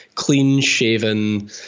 clean-shaven